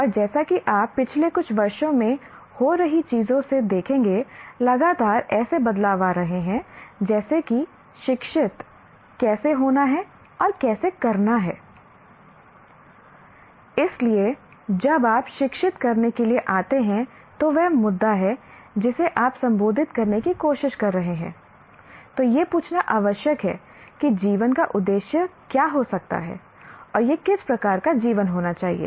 और जैसा कि आप पिछले कुछ वर्षों में हो रही चीज़ों से देखेंगे लगातार ऐसे बदलाव आ रहे हैं जैसे कि शिक्षित कैसे होना है और कैसे करना हैI इसलिए जब आप शिक्षित करने के लिए आते हैं तो वह मुद्दा है जिसे आप संबोधित करने की कोशिश कर रहे हैं तो यह पूछना आवश्यक है कि जीवन का उद्देश्य क्या हो सकता है और यह किस प्रकार का जीवन होना चाहिए